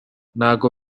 ntago